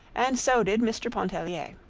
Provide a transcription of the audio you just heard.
and so did mr. pontellier.